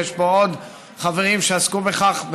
ויש פה עוד חברים שעסקו בכך,